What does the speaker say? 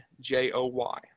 J-O-Y